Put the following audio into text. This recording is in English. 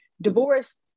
Divorce